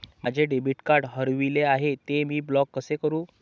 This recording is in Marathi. माझे डेबिट कार्ड हरविले आहे, ते मी ब्लॉक कसे करु?